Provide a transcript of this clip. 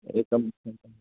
एकम्